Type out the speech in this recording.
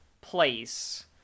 place